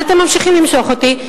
אבל אתם ממשיכים למשוך אותי,